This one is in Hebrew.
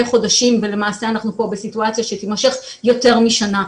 חודשים ולמעשה אנחנו פה בסיטואציה שתימשך יותר משנה.